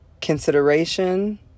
consideration